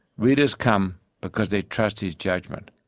readers come because they trust his judgment.